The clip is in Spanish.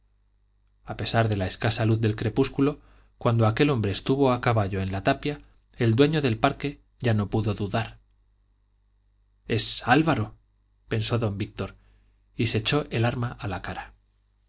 a pesar de la escasa luz del crepúsculo cuando aquel hombre estuvo a caballo en la tapia el dueño del parque ya no pudo dudar es álvaro pensó don víctor y se echó el arma a la cara